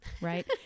right